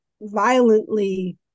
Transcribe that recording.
violently